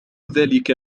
ذلك